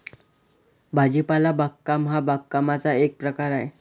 भाजीपाला बागकाम हा बागकामाचा एक प्रकार आहे